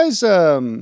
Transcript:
guys